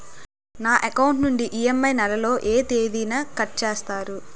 నా అకౌంట్ నుండి ఇ.ఎం.ఐ నెల లో ఏ తేదీన కట్ చేస్తారు?